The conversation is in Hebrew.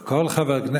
רגע אחד,